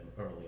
early